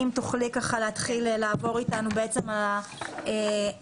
אם תוכלי לעבור אתנו על הפרק.